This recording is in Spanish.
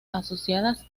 asociadas